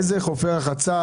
איזה חופי רחצה?